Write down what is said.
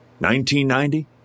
1990